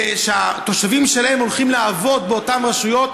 שהתושבים שלהן הולכים לעבוד באותן רשויות